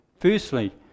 Firstly